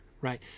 right